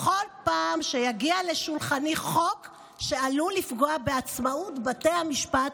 בכל פעם שיגיע לשולחני חוק שעלול לפגוע בעצמאות בתי המשפט